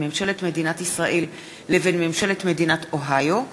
ממשלת מדינת ישראל לבין ממשלת מדינת אוהיו,